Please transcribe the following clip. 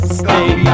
stay